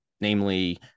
namely